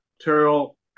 Terrell